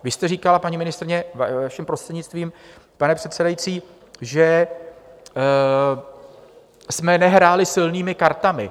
Vy jste říkala, paní ministryně, vaším prostřednictvím, pane předsedající, že jsme nehráli silnými kartami.